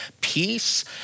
peace